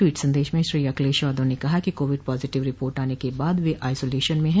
tweet संदेश में श्री अखिलेश यादव ने कहा कि कोविड पॉजिटिव रिपोर्ट आने के बाद वे आइसोलेशन में हैं